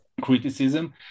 criticism